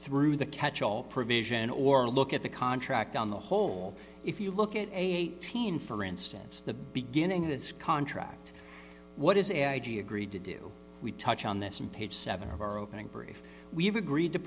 through the catch all provision or look at the contract on the whole if you look at eighteen for instance the beginning of this contract what is a i g agreed to do we touch on this and page seven of our opening brief we have agreed to